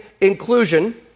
inclusion